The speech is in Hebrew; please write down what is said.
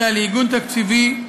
אלא לעיגון תקציבי,